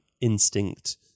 instinct